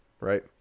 Right